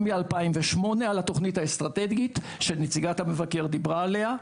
מ-2008 על התוכנית האסטרטגית שנציגת המבקר דיברה עליה,